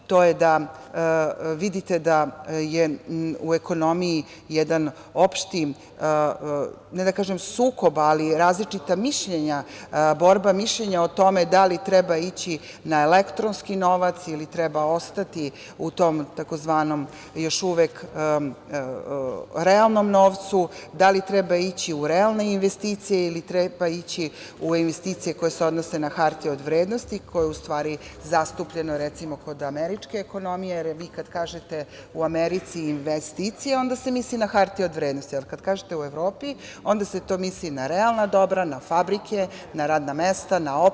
To je da vidite da je u ekonomiji jedan opšti, ne da kažem sukob, ali i različita mišljenja, borba mišljenja o tome da li treba ići na elektronski novac ili treba ostati u tom tzv. još uvek realnom novcu, da li treba ići u realne investicije ili treba ići u investicije koje se odnose na hartije od vrednosti koja u stvari zastupljena, recimo kod američke ekonomije, jer vi kada kažete u Americi - investicija, onda se misli na hartije od vrednosti, ali kada kažete - u Evropi, onda se to misli na realna dobra, na fabrike, na radna mesta, na opremu, na nešto što je novac, zlato.